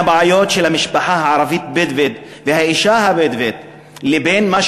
הבעיות של המשפחה הערבית-בדואית והאישה הבדואית לבין מה